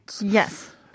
Yes